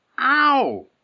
Ow